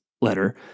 letter—